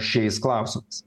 šiais klausimais